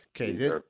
Okay